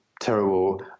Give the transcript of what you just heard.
terrible